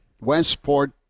Westport